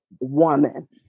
woman